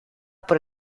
por